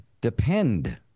depend